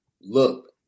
look